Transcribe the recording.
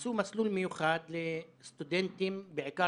עשו מסלול מיוחד לסטודנטים בעיקר